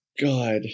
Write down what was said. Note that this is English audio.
god